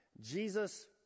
Jesus